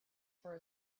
for